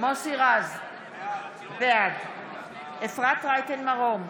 מוסי רז, בעד אפרת רייטן מרום,